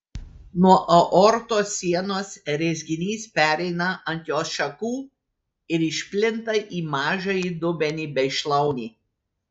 nuo aortos sienos rezginys pereina ant jos šakų ir išplinta į mažąjį dubenį bei šlaunį